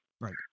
right